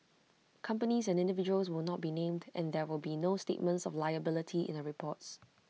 companies and individuals will not be named and there will be no statements of liability in the reports